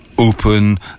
open